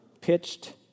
pitched